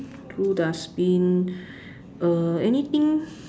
blue dustbin uh anything